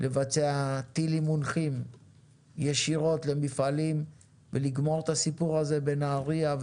ולבצע טילים מונחים ישירות למפעלים ולגמור את הסיפור הזה בנהריה,